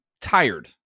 tired